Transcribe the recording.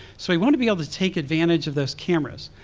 so we want to be able to take advantage of those cameras.